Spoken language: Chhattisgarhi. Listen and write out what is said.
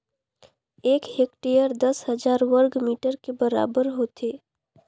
एक हेक्टेयर दस हजार वर्ग मीटर के बराबर होथे